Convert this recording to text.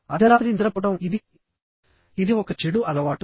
అర్థరాత్రి నిద్రపోవడం ఇది ఇది ఒక చెడు అలవాటు